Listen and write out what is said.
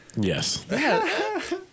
Yes